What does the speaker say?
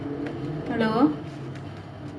hello